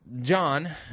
John